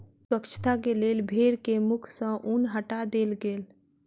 स्वच्छता के लेल भेड़ के मुख सॅ ऊन हटा देल गेल